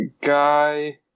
guy